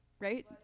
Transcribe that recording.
right